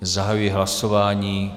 Zahajuji hlasování.